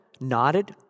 nodded